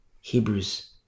Hebrews